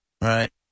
Right